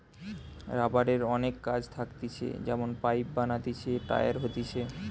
রাবারের অনেক কাজ থাকতিছে যেমন পাইপ বানাতিছে, টায়ার হতিছে